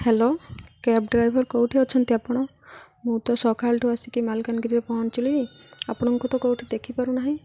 hello cab driver କେଉଁଠି ଅଛନ୍ତି ଆପଣ ମୁଁ ତ ସକାଳଠୁ ଆସିକି ମାଲକାନଗିରିରେ ପହଞ୍ଚିଲି ଆପଣଙ୍କୁ ତ କେଉଁଠି ଦେଖିପାରୁନାହିଁ